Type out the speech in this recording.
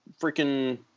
freaking –